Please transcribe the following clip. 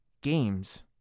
games